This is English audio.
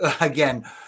again